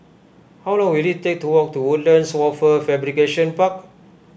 how long will it take to walk to Woodlands Wafer Fabrication Park